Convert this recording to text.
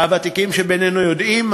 והוותיקים שבינינו יודעים,